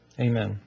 Amen